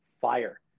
fire